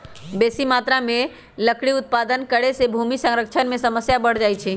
बेशी मत्रा में लकड़ी उत्पादन करे से भूमि क्षरण के समस्या बढ़ जाइ छइ